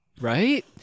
Right